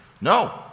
No